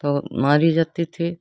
तो मारी जाती थी